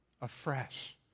afresh